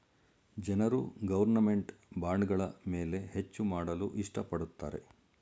ಜನರು ಗೌರ್ನಮೆಂಟ್ ಬಾಂಡ್ಗಳ ಮೇಲೆ ಹೆಚ್ಚು ಮಾಡಲು ಇಷ್ಟ ಪಡುತ್ತಾರೆ